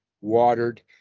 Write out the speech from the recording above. watered